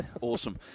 Awesome